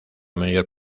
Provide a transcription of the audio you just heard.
mayor